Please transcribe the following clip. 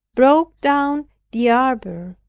broke down the arbor,